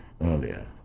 earlier